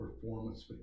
performance